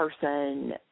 person